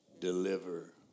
deliver